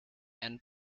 and